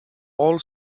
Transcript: all